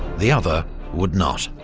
the other would not.